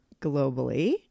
globally